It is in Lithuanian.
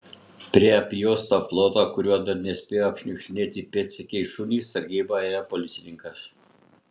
prie apjuosto ploto kurio dar nespėjo apšniukštinėti pėdsekiai šunys sargybą ėjo policininkas